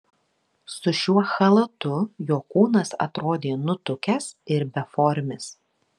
su šiuo chalatu jo kūnas atrodė nutukęs ir beformis